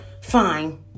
fine